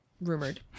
rumored